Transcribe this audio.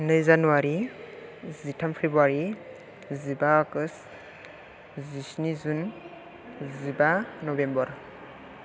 नै जानुवारि जिथाम फेब्रुवारि जिबा आगष्ट जिस्नि जुन जिबा नभेम्बर